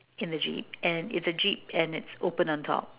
in the jeep and it's a jeep and it's open on top